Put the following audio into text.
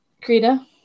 Krita